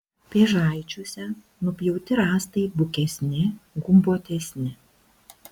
pėžaičiuose nupjauti rąstai bukesni gumbuotesni